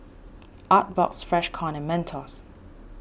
Artbox Freshkon and Mentos